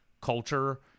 culture